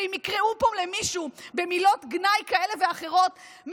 ואם יקראו פה למישהו במילות גנאי כאלה ואחרות,